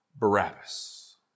Barabbas